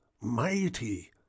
mighty